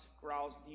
growls